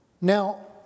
Now